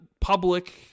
public